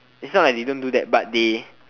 is not like they don't do that but they